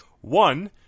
One